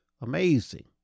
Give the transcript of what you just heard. amazing